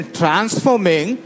transforming